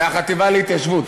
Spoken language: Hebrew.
מהחטיבה להתיישבות,